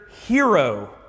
hero